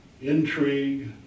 intrigue